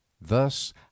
Thus